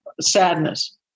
Sadness